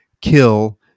kill